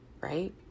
right